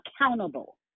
accountable